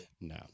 No